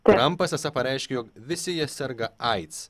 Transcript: trampas esą pareiškė jog visi jie serga aids